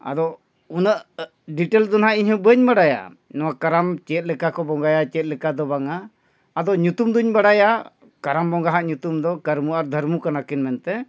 ᱟᱫᱚ ᱩᱱᱟᱹᱜ ᱰᱤᱴᱮᱞ ᱫᱚ ᱱᱟᱜ ᱤᱧ ᱦᱚᱸ ᱵᱟᱹᱧ ᱵᱟᱰᱟᱭᱟ ᱱᱚᱣᱟ ᱠᱟᱨᱟᱢ ᱪᱮᱫ ᱞᱮᱠᱟ ᱠᱚ ᱵᱚᱸᱜᱟᱭᱟ ᱪᱮᱫ ᱞᱮᱠᱟ ᱫᱚ ᱵᱟᱝᱟ ᱟᱫᱚ ᱧᱩᱛᱩᱢ ᱫᱚᱧ ᱵᱟᱲᱟᱭᱟ ᱠᱟᱨᱟᱢ ᱵᱚᱸᱜᱟ ᱦᱟᱜ ᱧᱩᱛᱩᱢ ᱫᱚ ᱠᱟᱨᱢᱩ ᱟᱨ ᱫᱷᱟᱨᱢᱩ ᱠᱟᱱᱟᱠᱤᱱ ᱢᱮᱱᱛᱮ